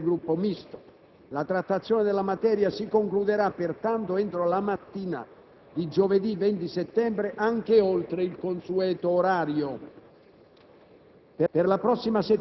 (ugualmente quindici minuti al Gruppo misto). La trattazione della materia si concluderà pertanto entro la mattina di giovedì 20 settembre, anche oltre il consueto orario.